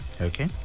Okay